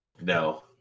No